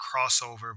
crossover